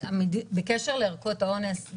בקשר לערכות האונס,